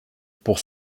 pour